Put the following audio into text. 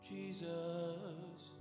Jesus